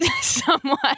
Somewhat